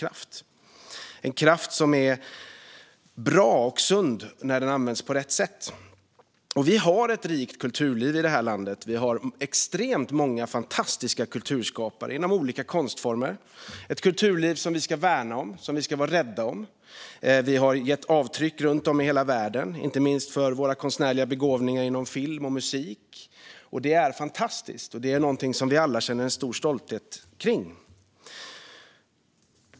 Det är en kraft som är bra och sund när den används på rätt sätt. Vi har ett rikt kulturliv i det här landet. Vi har extremt många fantastiska kulturskapare inom olika konstformer och ett kulturliv som vi ska värna och vara rädda om. Vi har satt avtryck runt om i hela världen - inte minst våra konstnärliga begåvningar inom film och musik. Det är fantastiskt och något som vi alla känner stor stolthet över.